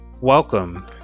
Welcome